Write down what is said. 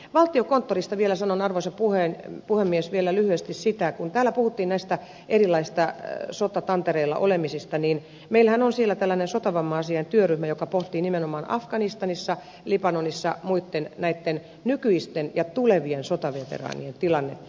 valtiokonttorista vielä sanon arvoisa puhemies lyhyesti sitä kun täällä puhuttiin näistä erilaisista sotatantereilla olemisista niin meillähän on siellä tällainen sotavamma asiain työryhmä joka pohtii nimenomaan afganistanissa libanonissa muitten näitten nykyisten ja tulevien sotaveteraanien tilannetta